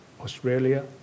Australia